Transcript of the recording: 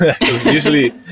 usually